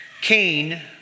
Cain